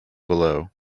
below